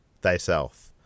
thyself